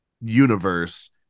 universe